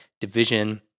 division